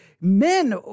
men